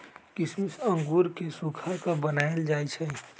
किशमिश अंगूर के सुखा कऽ बनाएल जाइ छइ